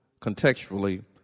contextually